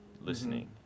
Listening